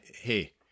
Hey